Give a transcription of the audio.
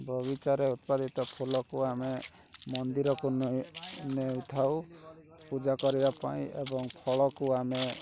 ବଗିଚାରେ ଉତ୍ପାଦିତ ଫୁଲକୁ ଆମେ ମନ୍ଦିରକୁ ନେଇ ନେଉଥାଉ ପୂଜା କରିବା ପାଇଁ ଏବଂ ଫଳକୁ ଆମେ